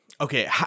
Okay